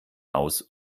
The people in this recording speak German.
aus